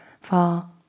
fall